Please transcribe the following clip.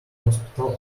hospital